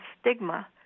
stigma